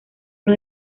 uno